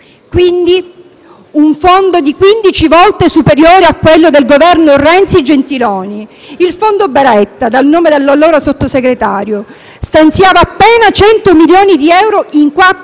Quindi, un fondo di 15 volte superiore a quello del Governo Renzi-Gentiloni Silveri, il fondo Baretta, dal nome dell'allora Sottosegretario, che stanziava appena 100 milioni di euro in quattro